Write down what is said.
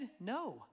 No